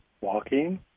Walking